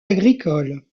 agricole